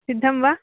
सिद्धं वा